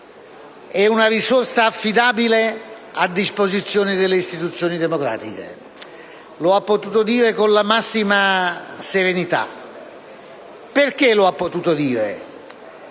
è una risorsa affidabile a disposizione delle istituzioni democratiche. Lo ha potuto dire con la massima serenità perché nel più di